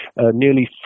nearly